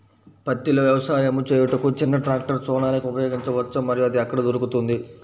పత్తిలో వ్యవసాయము చేయుటకు చిన్న ట్రాక్టర్ సోనాలిక ఉపయోగించవచ్చా మరియు అది ఎక్కడ దొరుకుతుంది?